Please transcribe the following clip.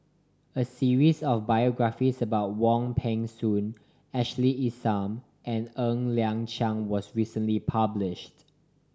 a series of biographies about Wong Peng Soon Ashley Isham and Ng Liang Chiang was recently published